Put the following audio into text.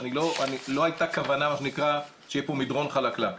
שלא הייתה כוונה שיהיה פה מדרון חלקלק.